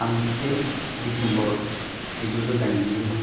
थामजिसे डिसेम्बर जिगुजौ दाइनजिनै